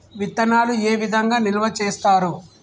విత్తనాలు ఏ విధంగా నిల్వ చేస్తారు?